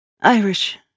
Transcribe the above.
Irish